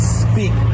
speak